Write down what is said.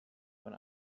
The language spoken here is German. von